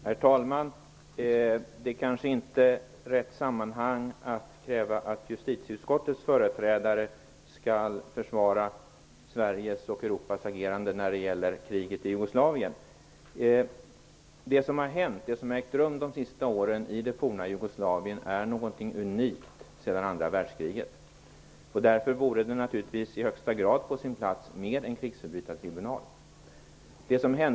Herr talman! Det är kanske inte rätt sammanhang att kräva att justitieutskottets företrädare skall försvara Sveriges och Europas agerande när det gäller kriget i Jugoslavien. Det som under de senaste åren har ägt rum i det forna Jugoslavien är någonting unikt sedan andra världskriget. Därför vore det naturligtvis i högsta grad på sin plats med en krigsförbrytartribunal.